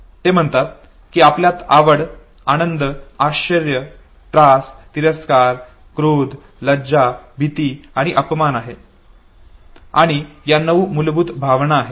ते म्हणाले की आपल्यात आवड आनंद आश्चर्य त्रास तिरस्कार क्रोध लज्जा भीती आणि अपमान आहे आणि या नऊ मूलभूत भावना आहेत